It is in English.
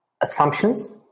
assumptions